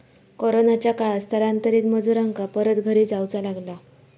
कोरोनाच्या काळात स्थलांतरित मजुरांका परत घरी जाऊचा लागला